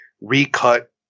recut